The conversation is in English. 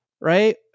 right